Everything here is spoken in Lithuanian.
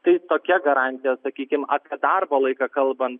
tai tokia garantija sakykim apie darbo laiką kalbant